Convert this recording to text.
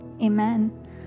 Amen